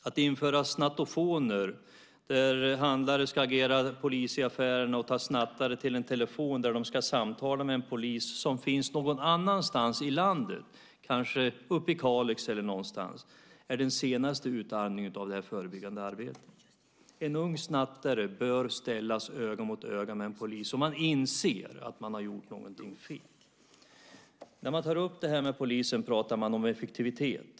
Att införa så kallade snattofoner, det vill säga att handlare ska agera polis i affärerna och ta snattare till en telefon där dessa ska samtala med en polis som finns någon annanstans i landet, kanske uppe i Kalix eller någonstans, är den senaste utarmningen av det förebyggande arbetet. En ung snattare bör ställas öga mot öga med en polis så att man inser att man har gjort någonting fel. När man tar upp detta med polisen pratar de om effektivitet.